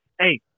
hey